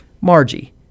Margie